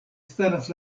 staras